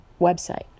website